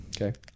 Okay